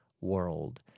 world